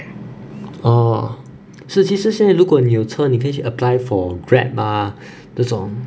orh 所以其实现在如果你有车你可以去 apply for grab ah 这种